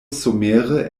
somere